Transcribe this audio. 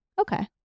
Okay